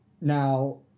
Now